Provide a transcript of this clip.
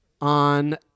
on